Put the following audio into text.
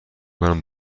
کنم